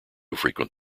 frequent